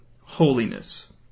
holiness